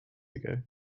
ago